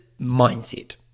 mindset